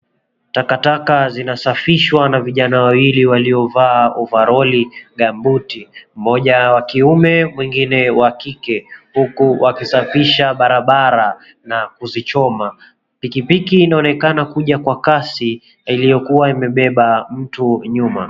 Takataka zinasafishwa na vijana wawili waliovaa ovaroli, gambuti . 𝑀moja wakiume mwingine wa kike, huku wakisafisha barabara na kuzichoma. Pikipiki inaonekana kuja kwa kasi iliyo kua imebeba mtu nyuma.